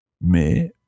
Mais